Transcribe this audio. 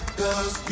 cause